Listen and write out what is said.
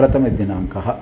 प्रथमदिनाङ्कः